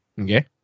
okay